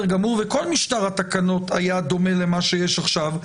גמור וכל משטר התקנות היה דומה למה שיש עכשיו.